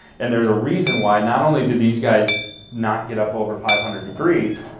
and there's a reason why not only did these guys not get up over five hundred degrees,